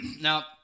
Now